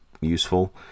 useful